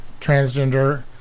transgender